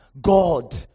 God